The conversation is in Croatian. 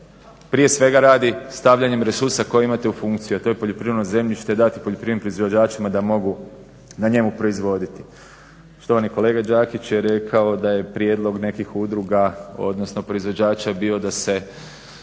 prije svega radi stavljanjem resursa koje imate u funkciji, a to je poljoprivredno zemljište dati poljoprivrednim proizvođačima da mogu na njemu proizvoditi. Štovani kolega Đakić je rekao da je prijedlog nekih udruga, odnosno proizvođača bio da se